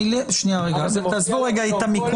המילים "הליך פלילי" תעזבו את המיקום